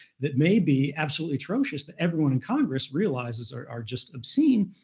that may be absolutely atrocious, that everyone in congress realizes are are just obscene.